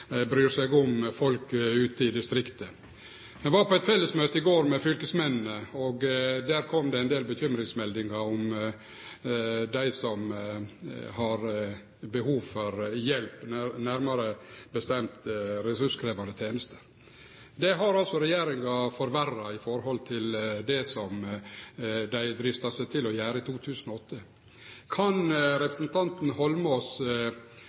bryr seg om folk ute i distrikta. Eg var på eit fellesmøte i går med fylkesmennene, og der kom det ein del bekymringsmeldingar om dei som har behov for hjelp, nærmare bestemt ressurskrevjande tenester. Det har altså regjeringa forverra i forhold til det som dei drista seg til å gjere i 2008. Kan representanten Holmås